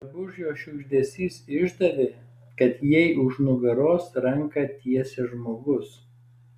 drabužio šiugždesys išdavė kad jai už nugaros ranką tiesia žmogus